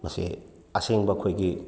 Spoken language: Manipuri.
ꯃꯁꯤ ꯑꯁꯦꯡꯕ ꯑꯩꯈꯣꯏꯒꯤ